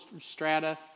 strata